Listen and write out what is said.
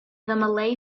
malay